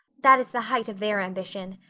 that is the height of their ambition.